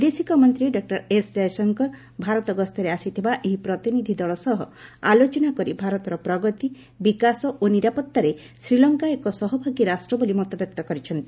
ବୈଦେଶିକ ମନ୍ତ୍ରୀ doctor S Jaishankar Bharat ଗସ୍ତରେ ଆସିଥିବା ଏହି ପ୍ରତିନିଧି ଦଳ ସହ ଆଲୋଚନା କରି ଭାରତର ପ୍ରଗତି ବିକାଶ ଓ ନିରାପତ୍ତାରେ ଶ୍ରୀଲଙ୍କା ଏକ ସହଭାଗୀ ରାଷ୍ଟ୍ର ବୋଲି ମତବ୍ୟକ୍ତ କରିଛନ୍ତି